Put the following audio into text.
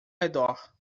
redor